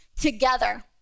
together